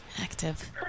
Active